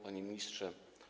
Panie Ministrze!